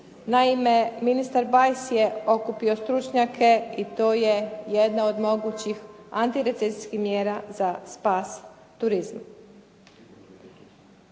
Naime, ministar Bajs je okupio stručnjake i to je jedna od mogućih antirecesijskih mjera za spas turizma.